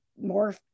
more